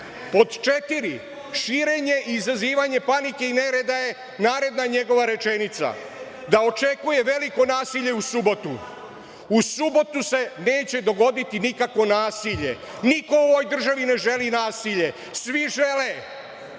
četiri – širenje i izazivanje panike i nereda je naredna njegova rečenica, da očekuje veliko nasilje u subotu. U subotu se neće dogoditi nikakvo nasilje, niko u ovoj državi ne želi nasilje, svi žele